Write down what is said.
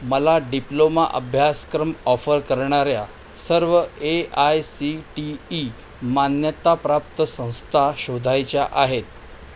मला डिप्लोमा अभ्यासक्रम ऑफर करणाऱ्या सर्व A I C T E मान्यताप्राप्त संस्था शोधायच्या आहेत